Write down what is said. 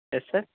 yes sir